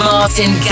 Martin